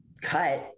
cut